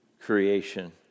creation